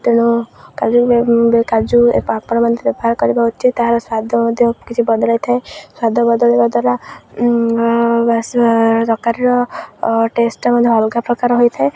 ତେଣୁ କାଜୁ କାଜୁ ମଧ୍ୟ ବ୍ୟବହାର କରିବା ଉଚିତ ତାହାର ସ୍ୱାଦ ମଧ୍ୟ କିଛି ବଦଳାଇଥାଏ ସ୍ୱାଦ ବଦଳାଇବା ଦ୍ୱାରା ତରକାରୀର ଟେଷ୍ଟଟା ମଧ୍ୟ ଅଲଗା ପ୍ରକାର ହୋଇଥାଏ